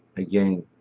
again,